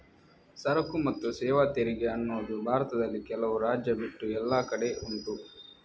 ಸರಕು ಮತ್ತು ಸೇವಾ ತೆರಿಗೆ ಅನ್ನುದು ಭಾರತದಲ್ಲಿ ಕೆಲವು ರಾಜ್ಯ ಬಿಟ್ಟು ಎಲ್ಲ ಕಡೆ ಉಂಟು